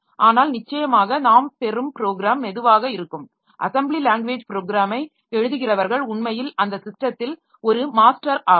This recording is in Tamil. ஆனால் நிச்சயமாக நாம் பெறும் ப்ரோக்ராம் மெதுவாக இருக்கும் அசெம்பிளி லாங்வேஜ் ப்ரோக்ராமை எழுதுகிறவர்கள் உண்மையில் அந்த ஸிஸ்டத்தில் ஒரு மாஸ்டர் ஆவார்கள்